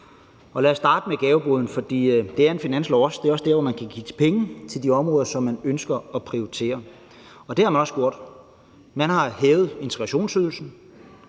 lad os starte med gaveboden, for det er en finanslov også. For det er også der, hvor man kan give penge til de områder, som man ønsker at prioritere, og det har man også gjort. Man har hævet integrationsydelsen,